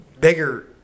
bigger